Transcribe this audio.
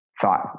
thought